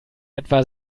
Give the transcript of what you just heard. etwa